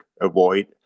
avoid